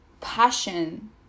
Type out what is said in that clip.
Passion